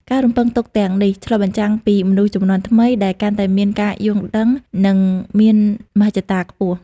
ការរំពឹងទុកទាំងនេះឆ្លុះបញ្ចាំងពីមនុស្សជំនាន់ថ្មីដែលកាន់តែមានការយល់ដឹង និងមានមហិច្ឆតាខ្ពស់។